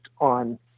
on